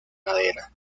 madera